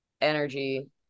energy